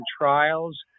trials